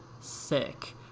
sick